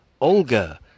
Olga